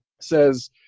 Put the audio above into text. says